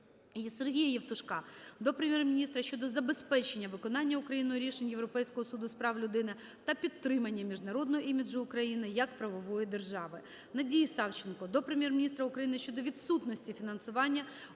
Сергія Євтушка до Прем'єр-міністра щодо забезпечення виконання Україною рішень Європейського суду з прав людини та підтримання міжнародного іміджу України як правової держави. Надії Савченко до Прем'єр-міністра України щодо відсутності фінансування у